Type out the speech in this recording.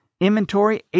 inventory